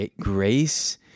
grace